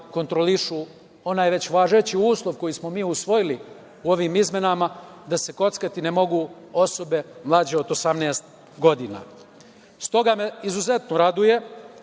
kontrolišu onaj već važeći uslov koji smo mi već usvojili u ovim izmenama, da se kockati ne mogu osobe mlađe od 18. godina. Stoga me izuzetno raduje